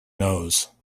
nose